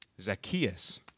Zacchaeus